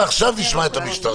ועכשיו נשמע את המשטרה.